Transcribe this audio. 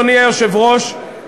אדוני היושב-ראש,